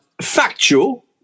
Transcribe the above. Factual